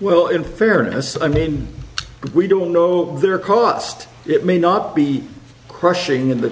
well in fairness i mean we don't know their cost it may not be crushing in the